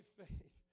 faith